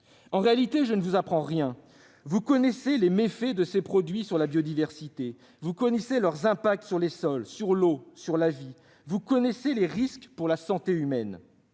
En réalité, je ne vous apprends rien. Vous connaissez les méfaits de ces produits sur la biodiversité, vous connaissez leurs impacts sur les sols, l'eau et la vie. Vous connaissez les risques pour la santé humaine.